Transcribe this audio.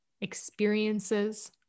experiences